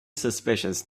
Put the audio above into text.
suspicious